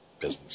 business